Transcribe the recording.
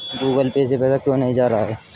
Google Pay से पैसा क्यों नहीं जा रहा है?